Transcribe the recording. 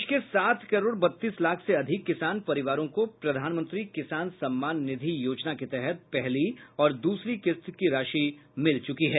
देश के सात करोड़ बत्तीस लाख से अधिक किसान परिवारों को प्रधानमंत्री किसान सम्मान निधि योजना के तहत पहली और दूसरी किस्त की राशि मिल चूकी है